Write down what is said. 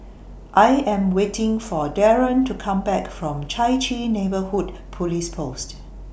I Am waiting For Darren to Come Back from Chai Chee Neighbourhood Police Post